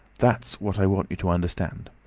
that's what i want you to understand.